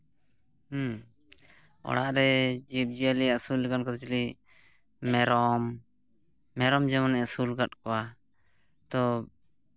ᱦᱮᱸ ᱚᱲᱟᱜ ᱨᱮ ᱡᱤᱵᱽᱼᱡᱤᱭᱟᱹᱞᱤ ᱟᱹᱥᱩᱞ ᱞᱮᱠᱟᱱ ᱠᱚ ᱪᱤᱞᱤ ᱢᱮᱨᱚᱢ ᱢᱮᱨᱚᱢ ᱡᱮᱢᱚᱱᱤᱧ ᱟᱹᱥᱩᱞ ᱠᱟᱜ ᱠᱚᱣᱟ ᱛᱚ